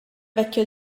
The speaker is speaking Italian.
vecchio